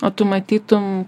o tu matytum